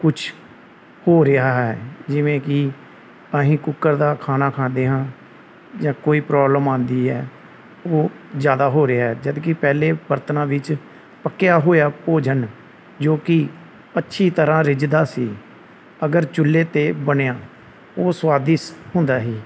ਕੁਛ ਹੋ ਰਿਹਾ ਹੈ ਜਿਵੇਂ ਕਿ ਅਸੀਂ ਕੁੱਕਰ ਦਾ ਖਾਣਾ ਖਾਂਦੇ ਹਾਂ ਜਾਂ ਕੋਈ ਪ੍ਰੋਬਲਮ ਆਉਂਦੀ ਹੈ ਉਹ ਜ਼ਿਆਦਾ ਹੋ ਰਿਹਾ ਜਦੋਂ ਕਿ ਪਹਿਲੇ ਬਰਤਨਾਂ ਵਿੱਚ ਪੱਕਿਆ ਹੋਇਆ ਭੋਜਨ ਜੋ ਕਿ ਅੱਛੀ ਤਰ੍ਹਾਂ ਰਿੱਝਦਾ ਸੀ ਅਗਰ ਚੁੱਲੇ 'ਤੇ ਬਣਿਆ ਉਹ ਸਵਾਦਿਸ਼ਟ ਹੁੰਦਾ ਸੀ